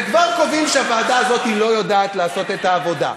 וכבר קובעים שהוועדה הזאת לא יודעת לעשות את העבודה.